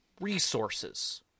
resources